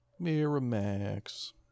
Miramax